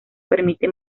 permite